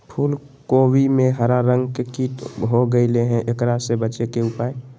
फूल कोबी में हरा रंग के कीट हो गेलै हैं, एकरा से बचे के उपाय?